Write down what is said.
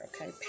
okay